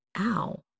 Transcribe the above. Ow